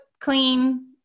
clean